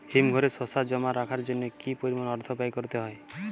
হিমঘরে শসা জমা রাখার জন্য কি পরিমাণ অর্থ ব্যয় করতে হয়?